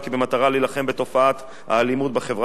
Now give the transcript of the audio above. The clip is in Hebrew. להילחם בתופעת האלימות בחברה הישראלית,